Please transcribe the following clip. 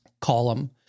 column